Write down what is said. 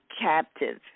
captive